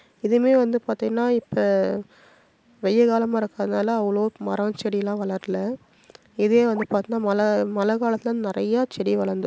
இதுமாரி வந்து பார்த்திங்கன்னா இப்போ வெய்ய காலமாக இருக்கிறனால அவ்வளோ மரம் செடி எல்லாம் வளர்ல இதே வந்து பார்த்தினா மழ மழ காலத்தில் நிறையா செடி வளர்ந்துரும்